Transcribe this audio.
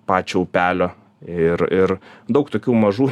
pačio upelio ir ir daug tokių mažų